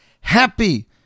happy